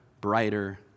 brighter